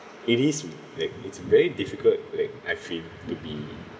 it is like it's very difficult like I feel to be